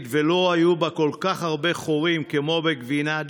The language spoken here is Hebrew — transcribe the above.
ולא היו בה כל כך הרבה חורים כמו בגבינה,